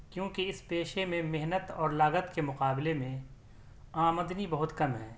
کیوں کہ اس پیشے میں محنت اور لاگت کے مقابلے میں آمدنی بہت کم ہے